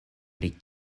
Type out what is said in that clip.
pri